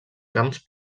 camps